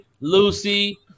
Lucy